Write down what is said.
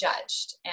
judged